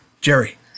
Jerry